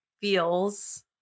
feels